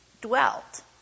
dwelt